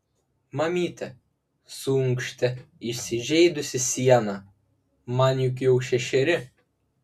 mamyte suunkštė įsižeidusi siena man juk jau šešeri